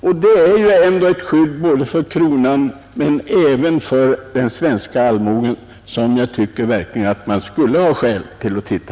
Den är ju ändå ett skydd för kronan men även för den svenska allmogen, och jag tycker verkligen att det finns skäl att undersöka denna fråga.